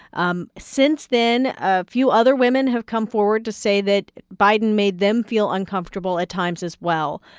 um since then, a few other women have come forward to say that biden made them feel uncomfortable at times, as well.